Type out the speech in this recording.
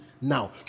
now